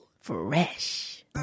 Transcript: Fresh